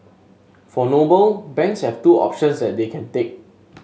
for Noble banks have two options that they can take